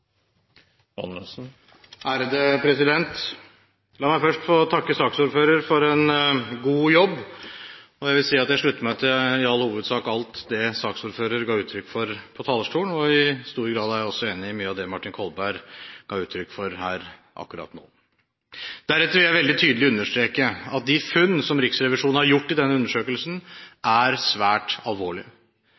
La meg først få takke saksordføreren for en god jobb. Jeg vil si at jeg i all hovedsak slutter meg til alt det saksordføreren ga uttrykk for på talerstolen. I stor grad er jeg også enig i mye av det Martin Kolberg ga uttrykk for akkurat nå. Deretter vil jeg veldig tydelig understreke at de funn som Riksrevisjonen har gjort i denne undersøkelsen, er svært